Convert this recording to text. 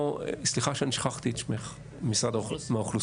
סליחה שאני שכחתי את שמך, ממשרד האוכלוסין.